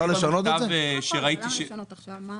אפשר הכל, אבל למה לשנות עכשיו?